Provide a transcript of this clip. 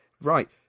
Right